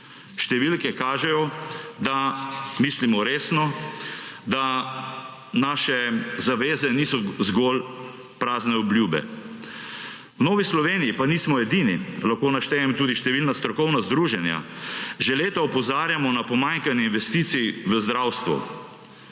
Številke kažejo, da mislimo resno, da naše zaveze niso zgolj prazne obljube. V Novi Sloveniji pa nismo edini. Lahko naštejem tudi številna strokovna združenja. Že leta opozarjamo na pomankanje investicij v zdravstvo,